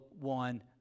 one